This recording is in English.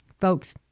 Folks